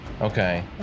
Okay